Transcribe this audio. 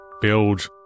build